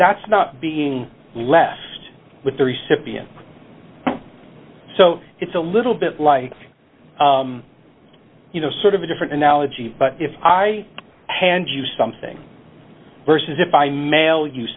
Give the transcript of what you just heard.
that's not being left with the recipient so it's a little bit like you know sort of a different analogy but if i hand you something versus if i mail you